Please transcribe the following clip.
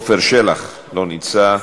עפר שלח, לא נמצא,